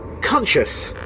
conscious